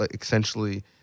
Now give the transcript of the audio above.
essentially